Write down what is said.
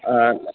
ஆ